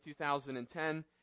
2010